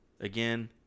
again